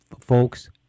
folks